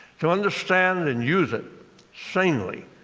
to understand and use it sanely,